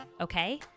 Okay